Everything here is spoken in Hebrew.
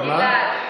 מה זה משרדים?